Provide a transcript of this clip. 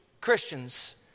Christians